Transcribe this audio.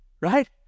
right